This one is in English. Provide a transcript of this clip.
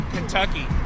Kentucky